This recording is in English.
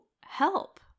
help